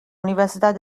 universidad